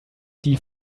die